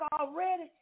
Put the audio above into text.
already